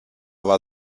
war